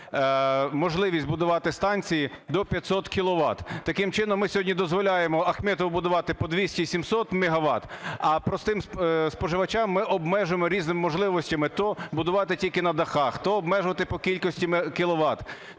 можливість будувати станції до 500 кіловат. Таким чином, ми сьогодні дозволяємо Ахметову будувати по 200-700 мегават, а простим споживачам ми обмежимо різними можливостями то будувати тільки на дахах, то обмежувати по кількості